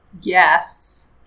Yes